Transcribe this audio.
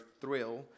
thrill